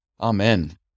Amen